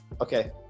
Okay